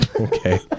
Okay